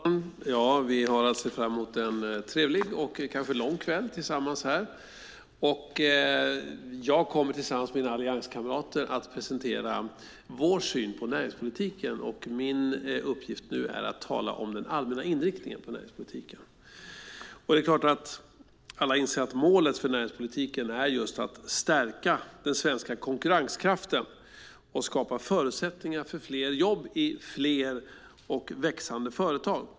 Herr talman! Vi har att se fram emot en trevlig och kanske lång kväll tillsammans. Jag kommer tillsammans med mina allianskamrater att presentera vår syn på näringspolitiken. Min uppgift nu är att tala om den allmänna inriktningen på näringspolitiken. Det är klart att alla inser att målet för näringspolitiken är just att stärka den svenska konkurrenskraften och skapa förutsättningar för fler jobb i fler och växande företag.